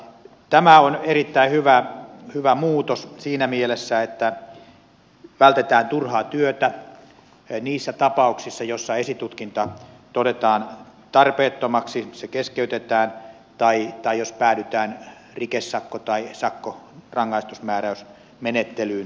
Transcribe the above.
tämä on erittäin hyvä muutos siinä mielessä että vältetään turhaa työtä niissä tapauksissa joissa esitutkinta todetaan tarpeettomaksi se keskeytetään tai päädytään rikesakko tai sakkorangaistusmääräysmenettelyyn